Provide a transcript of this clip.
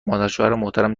مادرشوهرمحترم